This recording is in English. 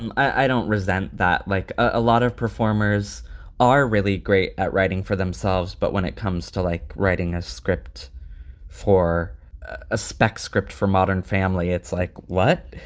and i don't resent that. like, a lot of performers are really great at writing for themselves. but when it comes to like writing a script for a spec script for modern family, it's like what?